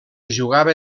jugava